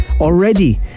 already